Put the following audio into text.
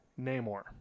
Namor